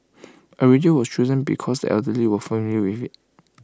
A radio was chosen because the elderly were familiar with IT